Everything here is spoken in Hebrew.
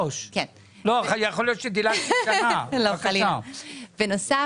2023. בנוסף,